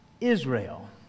Israel